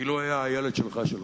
כאילו היה הילד שלך-שלך,